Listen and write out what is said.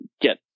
get